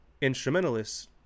instrumentalists